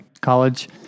College